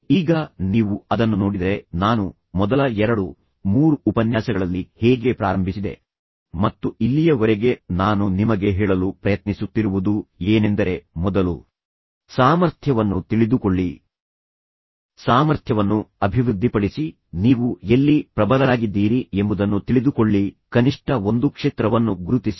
ಈಗ ನೀವು ಅದನ್ನು ನೋಡಿದರೆ ನಾನು ಮೊದಲ 2 3 ಉಪನ್ಯಾಸಗಳಲ್ಲಿ ಹೇಗೆ ಪ್ರಾರಂಭಿಸಿದೆ ಮತ್ತು ಇಲ್ಲಿಯವರೆಗೆ ನಾನು ನಿಮಗೆ ಹೇಳಲು ಪ್ರಯತ್ನಿಸುತ್ತಿರುವುದು ಏನೆಂದರೆ ಮೊದಲು ನಿಮ್ಮ ಸಾಮರ್ಥ್ಯವನ್ನು ತಿಳಿದುಕೊಳ್ಳಿ ನಿಮ್ಮ ಸಾಮರ್ಥ್ಯವನ್ನು ಅಭಿವೃದ್ಧಿಪಡಿಸಿ ನೀವು ಎಲ್ಲಿ ಪ್ರಬಲರಾಗಿದ್ದೀರಿ ಎಂಬುದನ್ನು ತಿಳಿದುಕೊಳ್ಳಿ ಕನಿಷ್ಠ ಒಂದು ಕ್ಷೇತ್ರವನ್ನು ಗುರುತಿಸಿ